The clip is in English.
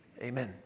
Amen